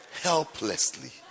helplessly